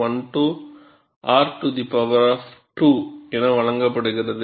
12R2 என வழங்கப்படுகிறது